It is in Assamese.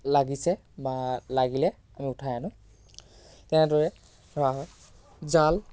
লাগিছে বা লাগিলে আমি উঠাই আনোঁ তেনেদৰে ধৰা হয় জাল